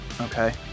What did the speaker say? Okay